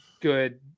good